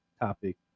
topic